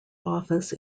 office